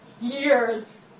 years